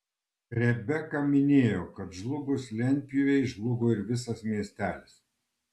rebeka minėjo kad žlugus lentpjūvei žlugo ir visas miestelis